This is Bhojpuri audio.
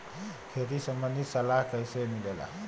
खेती संबंधित सलाह कैसे मिलेला?